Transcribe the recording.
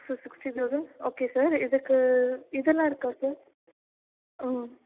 sir sixty thousand okay sir இதுக்கு இதெல்லாம் இருக்கா சார் ம்